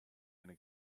ina